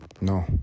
No